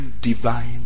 divine